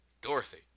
Dorothy